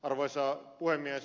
arvoisa puhemies